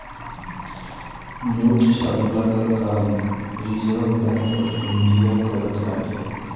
note छ्पला कअ काम रिजर्व बैंक ऑफ़ इंडिया करत बाटे